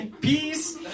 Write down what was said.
Peace